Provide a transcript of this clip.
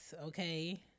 okay